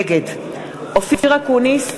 נגד אופיר אקוניס,